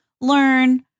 learn